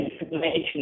information